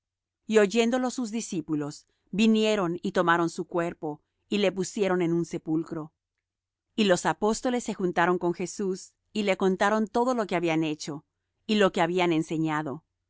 y oyéndo lo sus discípulos vinieron y tomaron su cuerpo y le pusieron en un sepulcro y los apóstoles se juntaron con jesús y le contaron todo lo que habían hecho y lo que habían enseñado y